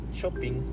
shopping